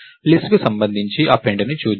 list కు సంబంధించి append ని చూద్దాం